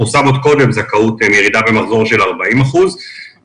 פורסם עוד קודם זכאות מירידה במחזור של 40 אחוזים,